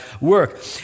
work